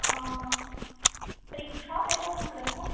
ஆ ஆ ஆ சரி ஷாப் எப்போ ஓப்பனில் இருக்கும்